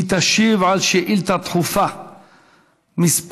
היא תשיב על שאילתה דחופה מס'